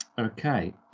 okay